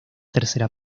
tercera